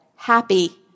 happy